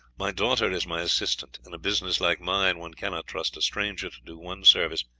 my daughter is my assistant. in a business like mine one cannot trust a stranger to do one service,